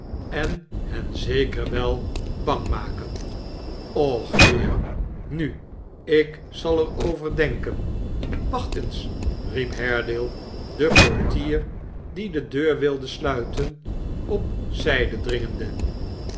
en hen zeker wel bang maken och heer nu ik zal er over denken a wacht eens riep haredale den portier die de deur wilde sluiten op zyde dringende